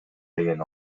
деген